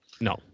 No